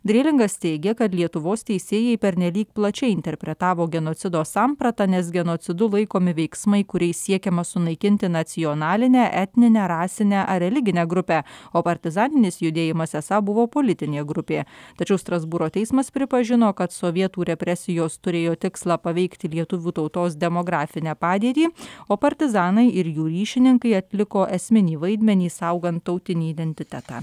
drėlingas teigia kad lietuvos teisėjai pernelyg plačiai interpretavo genocido sampratą nes genocidu laikomi veiksmai kuriais siekiama sunaikinti nacionalinę etninę rasinę ar religinę grupę o partizaninis judėjimas esą buvo politinė grupė tačiau strasbūro teismas pripažino kad sovietų represijos turėjo tikslą paveikti lietuvių tautos demografinę padėtį o partizanai ir jų ryšininkai atliko esminį vaidmenį saugant tautinį identitetą